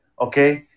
Okay